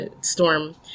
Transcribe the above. storm